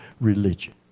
religion